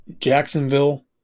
Jacksonville